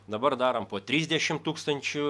dabar darom po trisdešimt tūkstančių